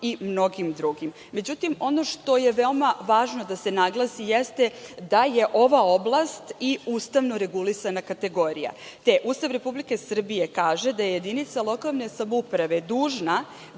i mnogim drugim. Međutim, ono što je veoma važno da se naglasi jeste da je ova oblast i ustavno regulisana kategorija, te Ustav Republike Srbije kaže da je jedinica lokalne samouprave dužna